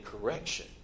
correction